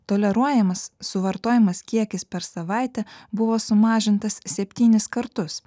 toleruojamas suvartojamas kiekis per savaitę buvo sumažintas septynis kartus